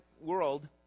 world